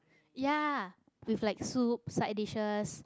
ya with like soup side dishes